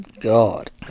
god